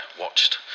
watched